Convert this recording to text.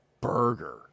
burger